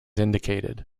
indicated